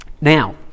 Now